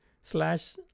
slash